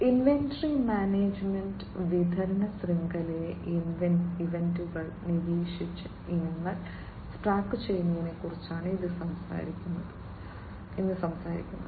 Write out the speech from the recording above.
inventory management വിതരണ ശൃംഖലയിലെ ഇവന്റുകൾ നിരീക്ഷിച്ച് ഇനങ്ങൾ ട്രാക്കുചെയ്യുന്നതിനെക്കുറിച്ച് ഇത് സംസാരിക്കുന്നു